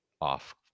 off